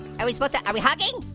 are we supposed to, are we hugging?